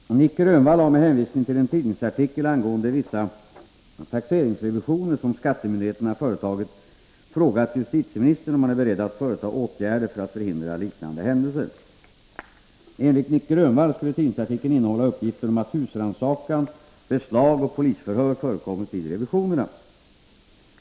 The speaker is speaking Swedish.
Herr talman! Nic Grönvall har med hänvisning till en tidningsartikel angående vissa taxeringsrevisioner som skattemyndigheterna företagit frågat justitieministern om han är beredd att vidta åtgärder för att förhindra Nr 19 liknande händelser. Enligt Nic Grönvall skulle tidningsartikeln innehålla Tisdagen den uppgifter om att husrannsakan, beslag och polisförhör förekommit vid 8 november 1983 revisionerna.